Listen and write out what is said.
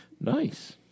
Nice